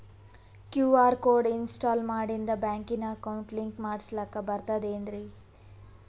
QR code install ಮಾಡಿಂದ ಬ್ಯಾಂಕಿನ account link ಮಾಡಸ್ಲಾಕ ಬರ್ತದೇನ್ರಿ